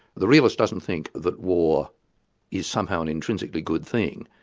the realist doesn't think that war is somehow an intrinsically good thing,